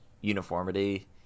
uniformity